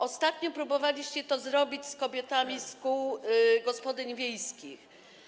Ostatnio próbowaliście to zrobić z kobietami z kół gospodyń wiejskich.